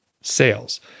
sales